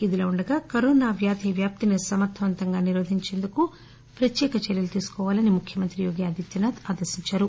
ఇదిలావుండగా కరోనా వ్యాధి వ్యాప్తిని సమర్దవంతంగా నిరోధించేందుకు ప్రత్యేక చర్యలు తీసుకోవాలని ముఖ్యమంత్రి యోగి ఆదిత్యనాథ్ ఆదేశించారు